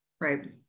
Right